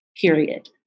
period